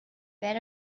where